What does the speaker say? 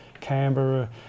Canberra